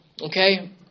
okay